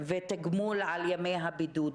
ותגמול על ימי הבידוד.